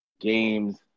games